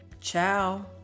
Ciao